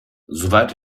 soweit